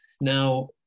now